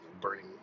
burning